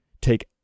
take